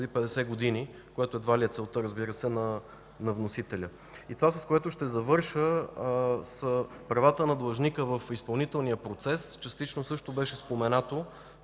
50 години, което едва ли е целта, разбира се, на вносителя. Това, с което ще завърша, са правата на длъжника в изпълнителния процес. Частично също беше споменато